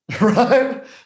Right